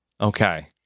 okay